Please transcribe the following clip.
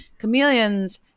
chameleons